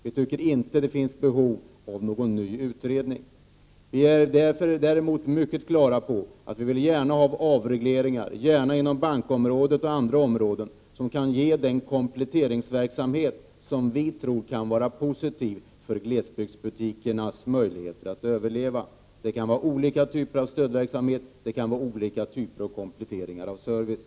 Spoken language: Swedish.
Vi anser inte att det finns behov av någon ny utredning. Däremot vill vi gärna ha avregleringar — på bankområdet och andra områden — som kan ge den kompletteringsverksamhet som vi tror kan vara positiv för glesbygdsbutikernas möjligheter att överleva. Det rör sig om olika typer av stödverksamhet och olika typer av komplettering av service.